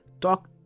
talk